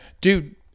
Dude